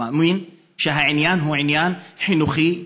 מאמין שהעניין הוא עניין חינוכי,